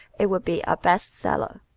it would be a best seller.